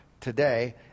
today